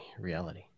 reality